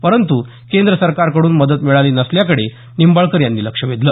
परंतु केंद्र सरकारकडून मदत मिळाली नसल्याकडे निंबाळकर यांनी लक्ष वेधलं